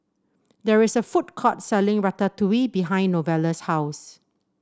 there is a food court selling Ratatouille behind Novella's house